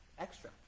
extra